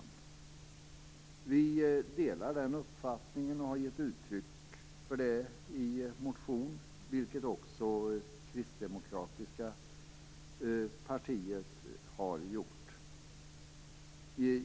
Vänsterpartiet delar den uppfattningen, och har gett uttryck för den i en motion, vilket också det kristdemokratiska partiet har gjort.